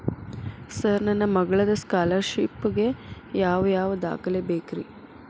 Sir ನನ್ನ ಮಗ್ಳದ scholarship ಗೇ ಯಾವ್ ಯಾವ ದಾಖಲೆ ಬೇಕ್ರಿ?